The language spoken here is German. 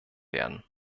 werden